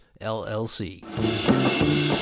LLC